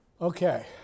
Okay